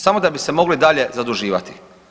Samo da bi se mogli dalje zaduživati.